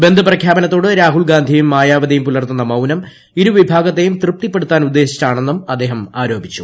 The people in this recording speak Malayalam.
ബന്ദ് പ്രഖ്യാപനത്തോട് രാഹുൽ ഗാന്ധിയും മായാവതിയും പുലർത്തുന്ന മൌനം ഇരുവിഭാഗത്തെയും തൃപ്തിപ്പെടുത്താനുദ്ദേശിച്ചാണെന്നും അദ്ദേഹം ആരോപിച്ചു